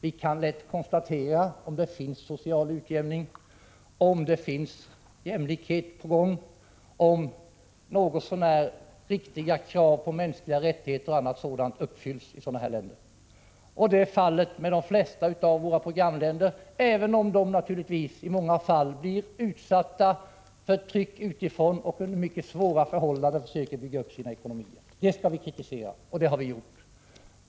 Man kan lätt konstatera om det finns strävanden mot social utjämning och jämlikhet på gång och om något så när rimliga krav på mänskliga rättigheter uppfylls, osv. Och detta är fallet med de flesta av våra programländer — även om de naturligtvis i många fall blir utsatta för tryck utifrån och under mycket svåra förhållanden försöker bygga upp sina ekonomier. Missförhållanden skall man kritisera, och det har vi också gjort.